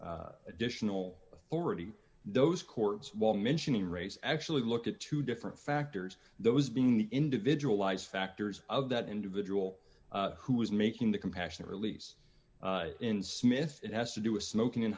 their additional authority those courts while mentioning race actually look at two different factors those being the individual lives factors of that individual who was making the compassionate release in smith it has to do with smoking in